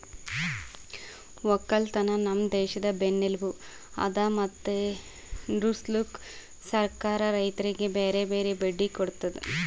ಒಕ್ಕಲತನ ನಮ್ ದೇಶದ್ ಬೆನ್ನೆಲುಬು ಅದಾ ಮತ್ತೆ ನಡುಸ್ಲುಕ್ ಸರ್ಕಾರ ರೈತರಿಗಿ ಬ್ಯಾರೆ ಬ್ಯಾರೆ ಬಡ್ಡಿ ಕೊಡ್ತುದ್